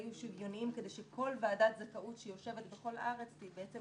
יהיו שוויוניים כדי שכל ועדת זכאות שיושבת בכל הארץ בעצם